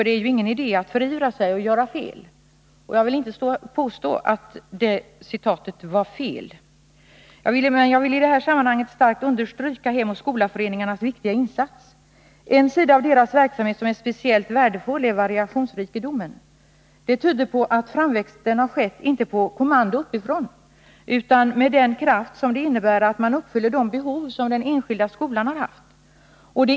Det är ju ingen idé att vi förivrar oss och gör fel. Jag vill inte påstå att citatet i tidskriften Barn var fel. Men jag vill i detta sammanhang starkt understryka Hem och skola-föreningarnas viktiga insats. En sida av deras verksamhet som är speciellt värdefull är variationsrikedomen. Den tyder på att framväxten inte har skett på kommando uppifrån, utan med den kraft som det innebär att man uppfyller de behov som den enskilda skolan har haft.